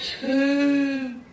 two